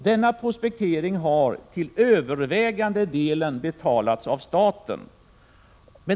Denna prospektering har till övervägande delen betalats av staten.